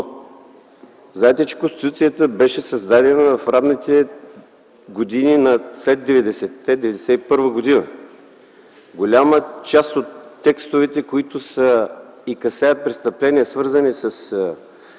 Знаете, че Конституцията беше създадена в ранните години след 90-те години – 1991 г. Голяма част от текстовете, които са и касаят престъпления, свързани с